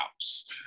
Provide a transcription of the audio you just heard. house